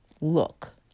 look